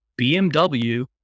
BMW